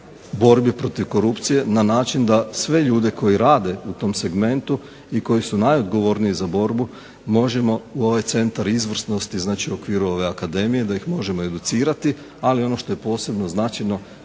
borbi protiv korupcije na način da sve ljude koji rade u tom segmentu i koji su najodgovorniji za borbu možemo u ovaj Centar izvrsnosti, znači u okviru ove akademije da ih možemo educirati. Ali ono što je posebno značajno,